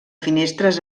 finestres